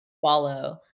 follow